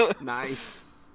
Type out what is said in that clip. Nice